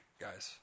guys